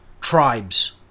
tribes